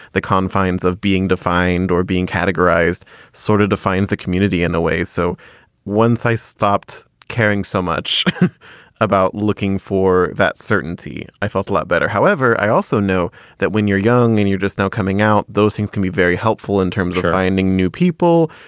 the confines of being defined or being categorized sort of defines the community in a way. so once i stopped caring so much about looking for that certainty, i felt a lot better. however, i also know that when you're young and you're just now coming out, those things can be very helpful in terms of finding new people,